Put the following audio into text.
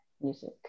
music